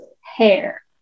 hair